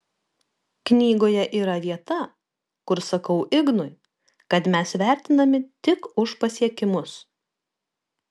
knygoje yra vieta kur sakau ignui kad mes vertinami tik už pasiekimus